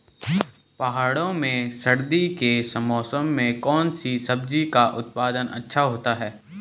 पहाड़ों में सर्दी के मौसम में कौन सी सब्जी का उत्पादन अच्छा होता है?